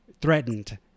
threatened